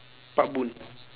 pak bun